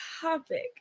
topic